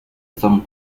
san